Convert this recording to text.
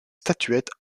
statuettes